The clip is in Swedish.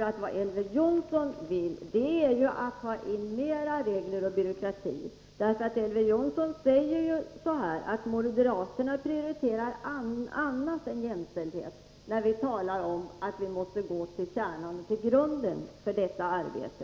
Men vad Elver Jonsson vill är att införa mera av regler och byråkrati. Elver Jonsson säger nämligen att moderaterna prioriterar annat än jämställdhet när vi talar om att man måste gå till grunden med detta arbete.